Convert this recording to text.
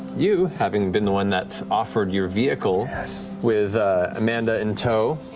you, having been the one that offered your vehicle with amanda in tow.